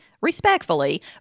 respectfully